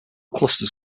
clusters